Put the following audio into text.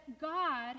God